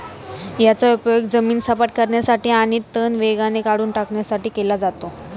याचा उपयोग जमीन सपाट करण्यासाठी आणि तण वेगाने काढून टाकण्यासाठी केला जातो